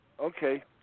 Okay